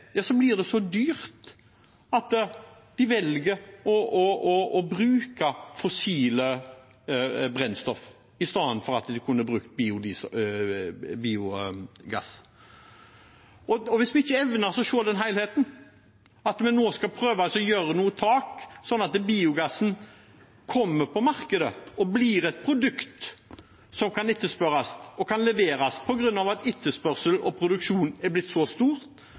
blir det så dyrt at man velger å bruke fossilt brennstoff i stedet. Vi må evne å se den helheten og prøve å lage noen tak, sånn at biogassen kommer på markedet og blir et produkt som kan etterspørres og leveres, at etterspørselen og produksjonen blir så stor at dette er